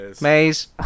Maze